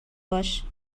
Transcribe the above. باش